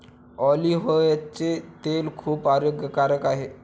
ऑलिव्हचे तेल खूप आरोग्यकारक आहे